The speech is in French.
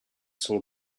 sont